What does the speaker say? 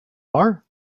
are